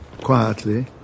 quietly